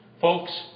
Folks